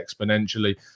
exponentially